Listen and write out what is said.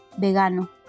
vegano